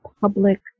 public